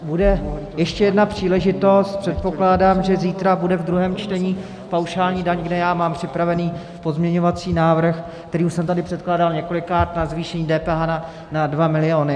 Bude ještě jedna příležitost, předpokládám, že zítra bude ve druhém čtení paušální daň, kde já mám připravený pozměňovací návrh, který jsem tady už předkládal několikrát, na zvýšení DPH na 2 miliony.